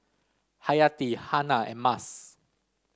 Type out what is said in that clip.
Hayati Hana and Mas